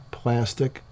plastic